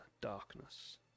darkness